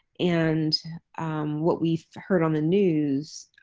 and what we've heard on the news